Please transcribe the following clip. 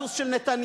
הסוס של נתניהו,